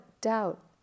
doubt